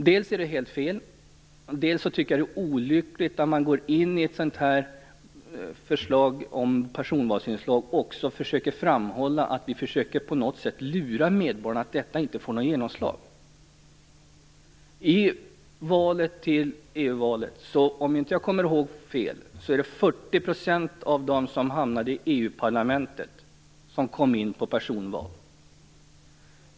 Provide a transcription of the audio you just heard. Dels är det helt fel, dels tycker jag att det är olyckligt att man går in när det gäller ett sådant här förslag om personvalsinslag och vill framhålla att vi på något sätt försöker lura medborgarna och att personvalet inte får något genomslag. Om jag inte kommer ihåg fel var det i EU-valet 40 % av dem som hamnade i EU-parlamentet som kom in på personval.